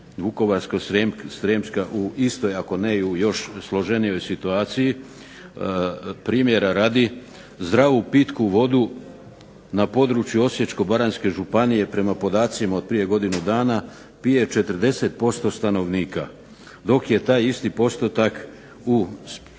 Vukovarsko-srijemska u istoj ako ne i u još složenijoj situaciji, primjera radi, zdravu, pitku vodu na području Osječko-baranjske županije prema podacima od prije godinu dana pije 40% stanovnika dok je taj isti postotak u